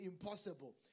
impossible